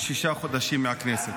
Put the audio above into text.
לשישה חודשים מהכנסת.